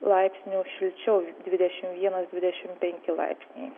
laipsniu šilčiau dvidešim vienas dvidešim penki laipsniai